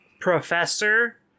professor